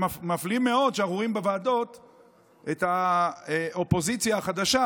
מפליא מאוד שאנחנו רואים בוועדות את האופוזיציה החדשה,